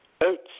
oats